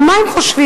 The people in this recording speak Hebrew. על מה הם חושבים?